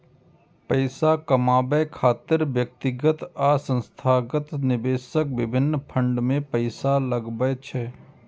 पैसा कमाबै खातिर व्यक्तिगत आ संस्थागत निवेशक विभिन्न फंड मे पैसा लगबै छै